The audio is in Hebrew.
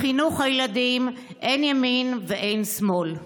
בחינוך הילדים אין ימין ואין שמאל.